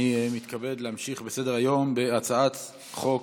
אני מתכבד להמשיך בסדר-היום, הצעת חוק